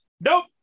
Nope